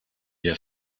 der